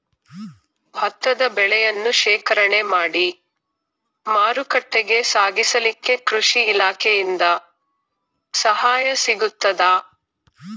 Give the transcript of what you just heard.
ಭತ್ತದ ಬೆಳೆಯನ್ನು ಶೇಖರಣೆ ಮಾಡಿ ಮಾರುಕಟ್ಟೆಗೆ ಸಾಗಿಸಲಿಕ್ಕೆ ಕೃಷಿ ಇಲಾಖೆಯಿಂದ ಸಹಾಯ ಸಿಗುತ್ತದಾ?